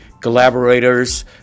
collaborators